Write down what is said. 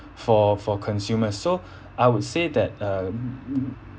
for for consumers so I would say that um